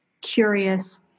curious